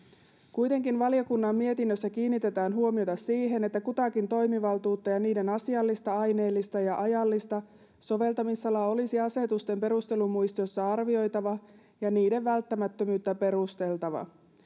kuitenkin valiokunnan mietinnössä kiinnitetään huomiota siihen että kutakin toimivaltuutta ja niiden asiallista aineellista ja ajallista soveltamisalaa olisi asetusten perustelumuistioissa arvioitava ja niiden välttämättömyyttä perusteltava